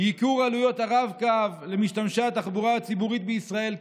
ייקור עלויות הרב-קו למשתמשי התחבורה הציבורית בישראל,